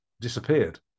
disappeared